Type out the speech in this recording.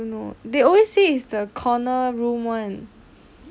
they always say is the corner room one